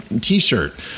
t-shirt